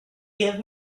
give